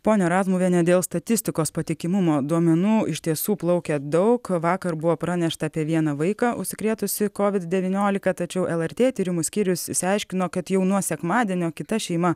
ponia razmuviene dėl statistikos patikimumo duomenų iš tiesų plaukia daug vakar buvo pranešta apie vieną vaiką užsikrėtusi kovid devyniolika tačiau lrt tyrimų skyrius išsiaiškino kad jau nuo sekmadienio kita šeima